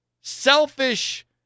selfish